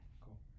Cool